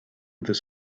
this